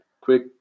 Quick